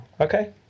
Okay